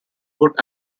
good